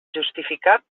justificat